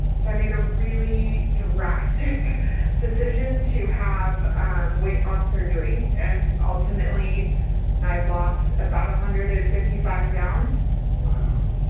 so i made a really drastic decision to have um weight off surgery. and ultimately i've lost about one hundred and fifty five pounds wow.